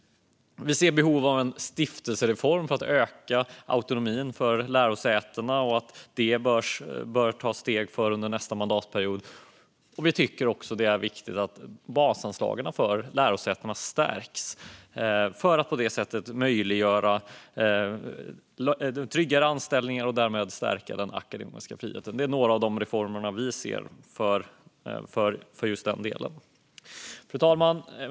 Vi ser behov av att man gör en stiftelsereform för att öka autonomin för lärosätena. Man bör ta steg mot detta under nästa mandatperiod. Vi tycker också att det är viktigt att man stärker basanslagen till lärosätena för att på det sättet möjliggöra tryggare anställningar och därmed stärka den akademiska friheten. Det är några av de reformer vi förespråkar i den delen. Fru talman!